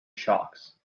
sharks